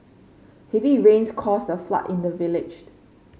heavy rains caused a flood in the village